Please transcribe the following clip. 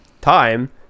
time